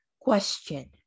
question